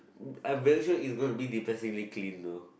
I'm very sure it is gonna be depressively clean no